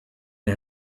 and